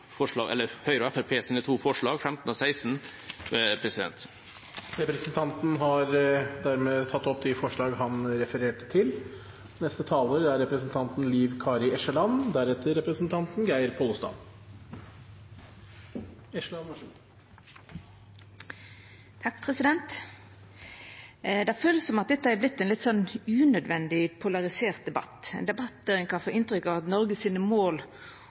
Høyre og Fremskrittspartiets forslag nr. 15 og 16. Representanten Helge Orten har tatt opp de forslagene han refererte til. Det kjennest som om dette har vorte ein unødvendig polarisert debatt, ein debatt der ein kan få inntrykk av at det